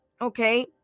okay